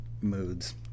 moods